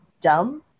dumb